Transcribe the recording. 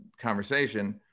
conversation